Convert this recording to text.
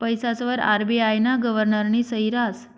पैसासवर आर.बी.आय ना गव्हर्नरनी सही रहास